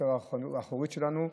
החצר האחורית שלנו,